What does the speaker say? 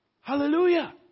hallelujah